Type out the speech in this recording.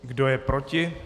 Kdo je proti?